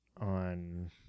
on